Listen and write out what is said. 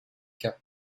cas